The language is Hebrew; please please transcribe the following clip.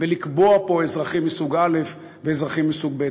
ולקבוע פה אזרחים מסוג א' ואזרחים מסוג ב'.